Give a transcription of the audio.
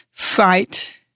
Fight